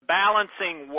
balancing